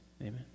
Amen